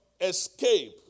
escape